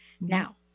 now